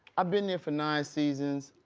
i been there for nine seasons.